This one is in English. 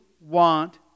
want